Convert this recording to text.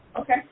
Okay